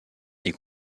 est